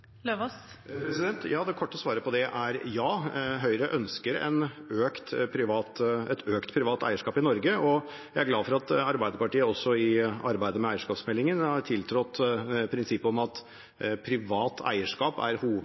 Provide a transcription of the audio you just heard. Det korte svaret på det er ja. Høyre ønsker et økt privat eierskap i Norge, og jeg er glad for at Arbeiderpartiet også, i arbeidet med eierskapsmeldingen, har tiltrådt prinsippet om at privat eierskap er